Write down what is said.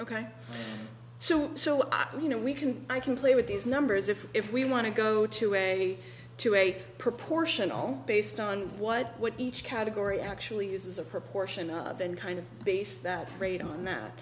ok so so you know we can i can play with these numbers if if we want to go to a to a proportional based on what each category actually is a proportion of and kind of base that rate on that